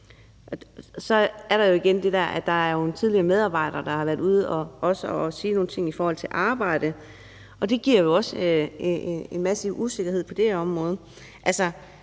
så er der jo igen det, at der er en tidligere medarbejder, der har været ude og sige nogle ting om arbejdet, og det giver også en masse usikkerhed på det her område.